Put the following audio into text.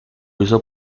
hizo